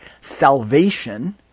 salvation